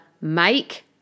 make